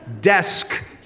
Desk